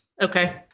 Okay